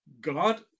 God